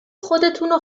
خودتونو